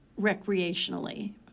recreationally